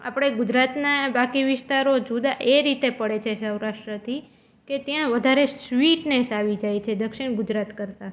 આપણે ગુજરાતના બાકી વિસ્તારો જુદા એ રીતે પડે છે સૌરાષ્ટ્રથી કે ત્યાં વધારે સ્વીટનેસ આવી જાય છે દક્ષિણ ગુજરાત કરતાં